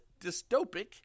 dystopic